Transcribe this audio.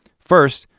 first,